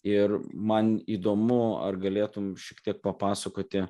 ir man įdomu ar galėtum šiek tiek papasakoti